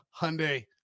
Hyundai